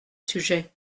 sujet